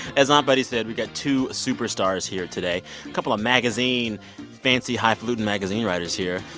as aunt betty said, we got two superstars here today. a couple of magazine fancy, highfalutin magazine writers here.